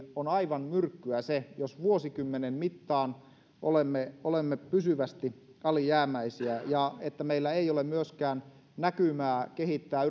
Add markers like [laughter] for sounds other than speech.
on aivan myrkkyä se jos vuosikymmenen mittaan olemme olemme pysyvästi alijäämäisiä ja että meillä ei ole myöskään näkymää kehittää [unintelligible]